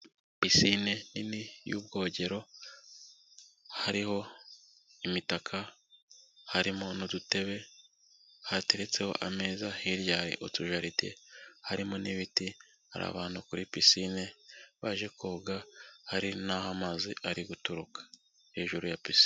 pisine nini y'ubwogero, hariho imitaka, harimo n'udutebe hateretseho ameza hirya hari utu jaride, harimo n'ibiti hari abantu kuri pisine baje koga, hari n'aho amazi ari guturuka hejuru ya pisine.